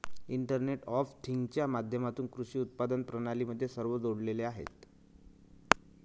internet of थिंग्जच्या माध्यमातून कृषी उत्पादन प्रणाली मध्ये सर्व जोडलेले आहेत